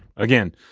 again,